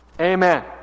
amen